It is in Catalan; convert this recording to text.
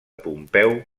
pompeu